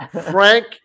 Frank